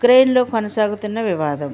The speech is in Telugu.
ఉక్రెయిన్లో కొనసాగుతున్న వివాదం